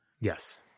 Yes